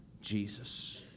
Jesus